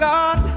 God